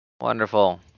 Wonderful